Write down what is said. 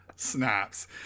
snaps